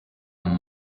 and